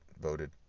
voted